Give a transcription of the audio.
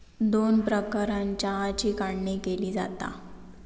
दोन प्रकारानं चहाची काढणी केली जाता